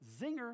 Zinger